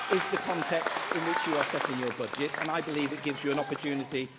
is the context in which you are setting your budget and i believe it gives you an opportunity